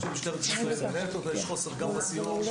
יש חוסר גם בסיור,